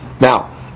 Now